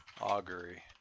augury